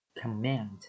Command